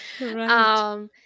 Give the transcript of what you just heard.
Right